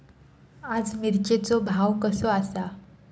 आज मिरचेचो भाव कसो आसा?